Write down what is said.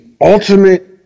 ultimate